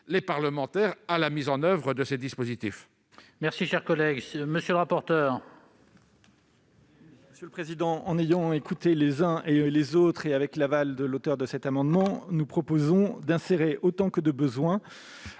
les parlementaires tant à la mise en oeuvre de ces dispositifs